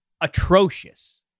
atrocious